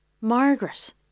Margaret